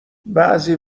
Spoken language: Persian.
بعضی